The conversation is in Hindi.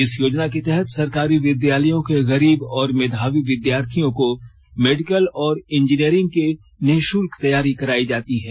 इस योजना के तहत सरकारी विद्यालयों के गरीब और मेधावी विद्यार्थियों को मेडिकल और इंजीनियरिंग की निश्ल्क तैयारी कराई जाती है